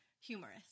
humorous